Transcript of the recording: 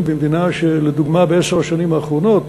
במדינה שלדוגמה עשר השנים האחרונות,